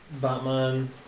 batman